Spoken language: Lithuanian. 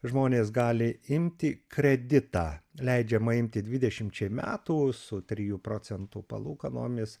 žmonės gali imti kreditą leidžiama imti dvidešimčiai metų su trijų procentų palūkanomis